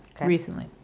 recently